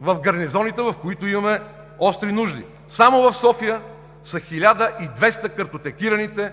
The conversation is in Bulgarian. в гарнизоните, в които имаме остри нужди. Само в София са 1200 картотекираните